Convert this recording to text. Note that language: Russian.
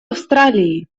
австралии